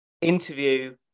interview